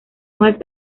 más